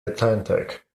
atlantic